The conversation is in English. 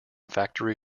factory